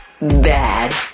bad